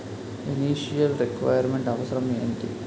Initial requirement అవసరం ఎంటి?